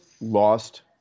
lost